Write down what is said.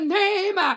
name